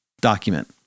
document